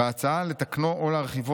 "בהצעה לתקנו או להרחיבו,